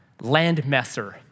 Landmesser